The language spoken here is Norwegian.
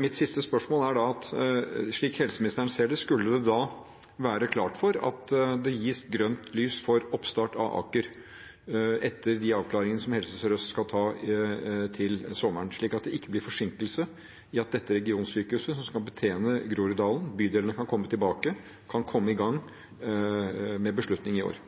Mitt siste spørsmål er: Slik helseministeren ser det, skulle det da være klart for at det gis grønt lys for oppstart av Aker etter de avklaringene Helse Sør-Øst skal ta til sommeren, slik at det ikke blir forsinkelse i at dette regionsykehuset – som skal betjene Groruddalen, bydelene kan komme tilbake – kan komme i gang med en beslutning i år?